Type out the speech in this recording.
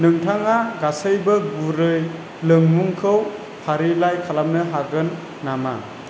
नोंथाङा गासैबो गुरै लोंमुखौ फारिलाइ खालामनो हागोन नामा